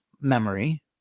memory